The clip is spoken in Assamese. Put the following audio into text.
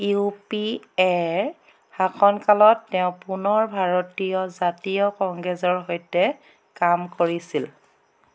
ইউ পি এৰ শাসনকালত তেওঁ পুনৰ ভাৰতীয় জাতীয় কংগ্ৰেছৰ সৈতে কাম কৰিছিল